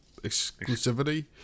exclusivity